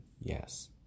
Yes